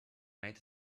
made